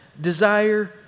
desire